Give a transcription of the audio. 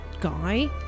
guy